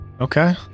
Okay